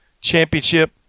championship